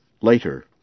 later